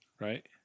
right